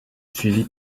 suivi